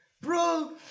Bro